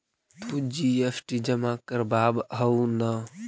तु जी.एस.टी जमा करवाब हहु न?